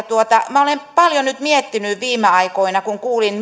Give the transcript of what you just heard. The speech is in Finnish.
minä olen paljon nyt miettinyt viime aikoina sitä mitä kuulin